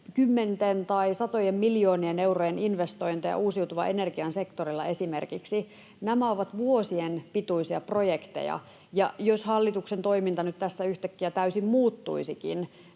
tai satojen miljoonien eurojen investointeja esimerkiksi uusiutuvan energian sektorilla, ja kun nämä ovat vuosien pituisia projekteja, niin jos hallituksen toiminta nyt tästä yhtäkkiä täysin muuttuisikin,